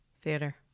Theater